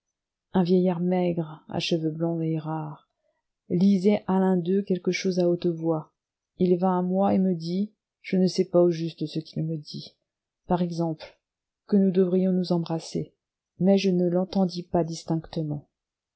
un vieillard maigre à cheveux blancs et rares lisait à l'un d'eux quelque chose à haute voix il vint à moi et me dit je ne sais pas au juste ce qu'il me dit par exemple que nous devrions nous embrasser mais je ne l'entendis pas distinctement